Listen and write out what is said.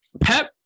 Pep